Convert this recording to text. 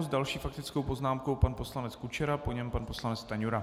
S další faktickou poznámkou pan poslanec Kučera, po něm pan poslanec Stanjura.